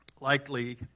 likely